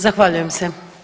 Zahvaljujem se.